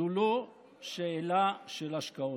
זו לא שאלה של השקעות.